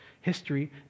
History